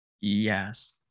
Yes